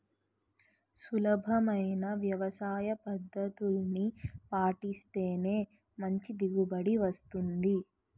సులభమైన వ్యవసాయపద్దతుల్ని పాటిస్తేనే మంచి దిగుబడి వస్తుంది